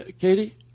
Katie